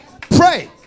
Pray